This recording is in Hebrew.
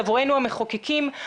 עבורנו המחוקקים,